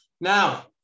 Now